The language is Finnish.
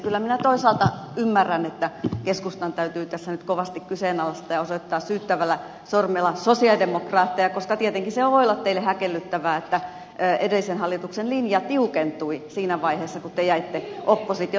kyllä minä toisaalta ymmärrän että keskustan täytyy tässä nyt kovasti kyseenalaistaa ja osoittaa syyttävällä sormella sosialidemokraatteja koska tietenkin se voi olla teille häkellyttävää että edellisen hallituksen linja tiukentui siinä vaiheessa kun te jäitte oppositioon